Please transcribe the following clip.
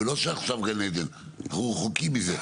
ולא שעכשיו גן עדן אנחנו רחוקים מזה,